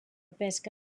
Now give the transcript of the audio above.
pesca